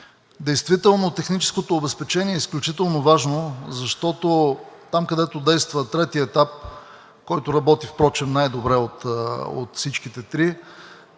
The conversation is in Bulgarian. Действително техническото обезпечение е изключително важно, защото там, където действа трети етап, който работи между другото най-добре от всичките три